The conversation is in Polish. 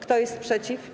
Kto jest przeciw?